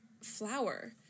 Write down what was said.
flower